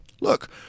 Look